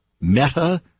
meta